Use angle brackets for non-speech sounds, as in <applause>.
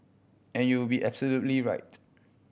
and you would be <unintelligible> right